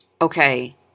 Okay